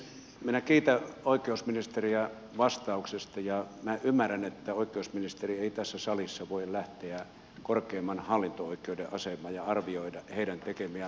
minä kiitän oikeusministeriä vastauksesta ja minä ymmärrän että oikeusministeri ei tässä salissa voi lähteä korkeimman hallinto oikeuden asemaan ja arvioida heidän tekemiään päätöksiä